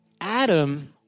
Adam